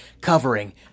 covering